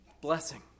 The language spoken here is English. blessing